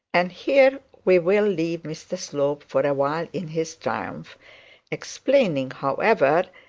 and here we will leave mr slope for a while in his triumph explaining, however,